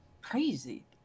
crazy